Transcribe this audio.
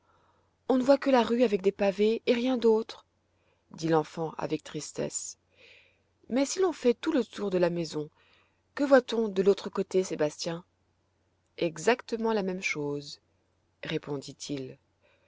on ne voit que la rue avec des pavés et rien d'autre dit l'enfant avec tristesse mais si l'on fait tout le tour de la maison que voit-on de l'autre côté sébastien exactement la même chose répondit-il